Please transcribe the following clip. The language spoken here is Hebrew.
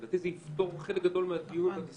לדעתי, זה יפתור חלק גדול מהדיון בדברים